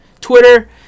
Twitter